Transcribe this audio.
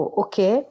okay